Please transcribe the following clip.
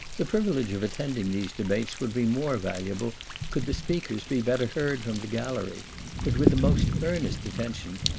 the privilege of attending these debates would be more valuable could the speakers be better heard from the gallery but, with the most earnest attention,